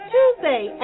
Tuesday